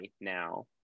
now